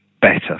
Better